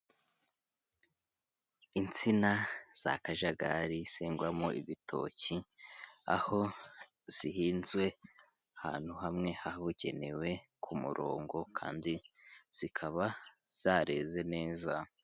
Insina za kajagari zihingwamo ibitoki, aho zihinzwe ahantu hamwe habugenewe ku murongo, kandi zikaba zareze neza.